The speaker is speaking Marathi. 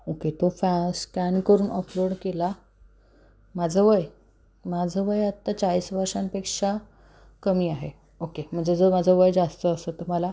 ओके तो फॅ स्कॅन करून अपलोड केला माझं वय माझं वय आत्ता चाळीस वर्षांपेक्षा कमी आहे ओके म्हणजे जर माझं वय जास्त असतं तर मला